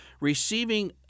receiving